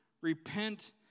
repent